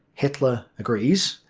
hitler agreed,